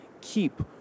keep